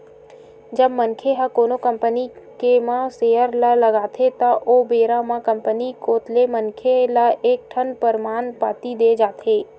जब मनखे ह कोनो कंपनी के म सेयर ल लगाथे त ओ बेरा म कंपनी कोत ले मनखे ल एक ठन परमान पाती देय जाथे